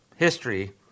history